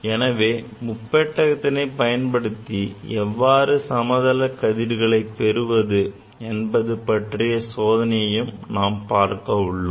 எனவே முப்பட்டகத்தினை பயன்படுத்தி எவ்வாறு சமதள கதிர்களை பெறுவது என்பது பற்றிய சோதனையையும் பார்க்க உள்ளோம்